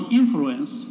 influence